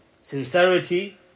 Sincerity